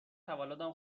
تولدم